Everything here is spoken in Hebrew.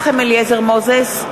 מוזס,